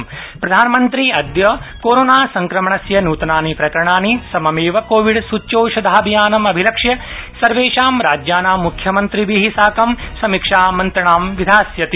अद्य प्रधानमन्त्री कोरोना संक्रमणस्य नूतनानि प्रकरणानि सममेव कोविड सूच्यौषधाभियानम् अभिलक्ष्य सर्वेषां राज्यानां म्ख्यमन्त्रिभि साकं समीक्षा मंत्रणां विधास्यति